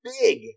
big –